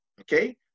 okay